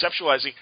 conceptualizing